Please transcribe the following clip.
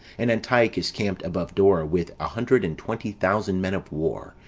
and antiochus camped above dora with a hundred and twenty thousand men of war,